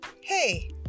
Hey